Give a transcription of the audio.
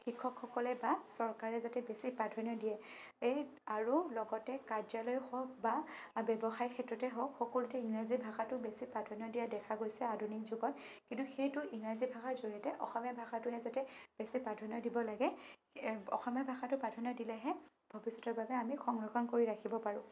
শিক্ষকসকলে বা চৰকাৰে যাতে বেছি প্ৰাধান্য দিয়ে আৰু লগতে কাৰ্যালয় হওঁক বা ব্য়ৱসায় ক্ষেত্ৰতে হওঁক সকলোতে ইংৰাজী ভাষাটো বেছি প্ৰাধান্য দিয়া দেখা গৈছে আধুনিক যুগত কিন্তু সেইটো ইংৰাজী ভাষাৰ জড়িয়তে অসমীয়া ভাষাটোৱেহে যাতে বেছি প্ৰাধান্য দিব লাগে অসমীয়া ভাষাটো প্ৰাধান্য দিলেহে ভৱিষ্যতৰ বাবে আমি সংৰক্ষণ কৰি ৰাখিব পাৰোঁ